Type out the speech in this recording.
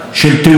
הרוגים,